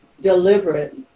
deliberate